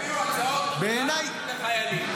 תביאו הצעות רק לחיילים.